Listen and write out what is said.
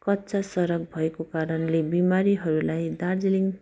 कच्चा सडक भएको कारणले बिमारीहरूलाई दार्जिलिङ